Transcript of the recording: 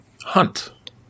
Hunt